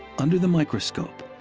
under the microscope,